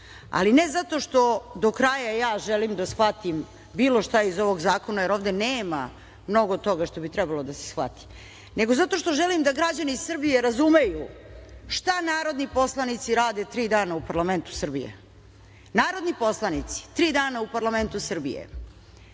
ali ne zato što do kraja ja želim da shvatim bilo šta iz ovog zakona, jer ovde nema mnogo toga što bi trebalo da se shvati, nego zato što želim da građani Srbije razumeju šta narodni poslanici rade tri dana u parlamentu Srbije. Narodni poslanici tri dana u parlamentu Srbije